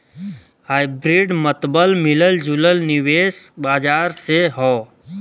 hybrid मतबल मिलल जुलल निवेश बाजार से हौ